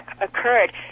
occurred